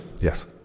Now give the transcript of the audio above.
Yes